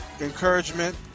encouragement